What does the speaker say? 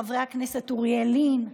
חבר הכנסת אוריאל לין,